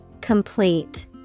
Complete